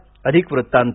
हा अधिक वृत्तांत